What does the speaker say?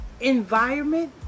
Environment